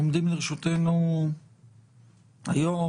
עומדים לרשותנו היום,